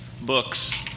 books